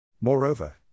Moreover